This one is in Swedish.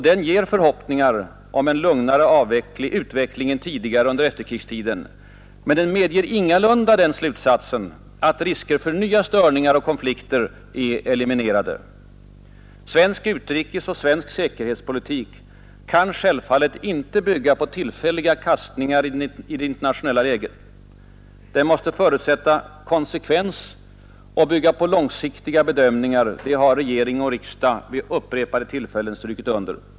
Den ger förhoppningar om en lugnare utveckling än tidigare under efterkrigstiden men medger ingalunda slutsatsen att risker för nya störningar och konflikter är eliminerade. Svensk utrikesoch säkerhetspolitik kan självfallet icke bygga på tillfälliga kastningar i det internationella läget. Den måste förutsätta konsekvens och bygga på långsiktiga bedömningar. Det har regering och riksdag vid upprepade tillfällen understrukit.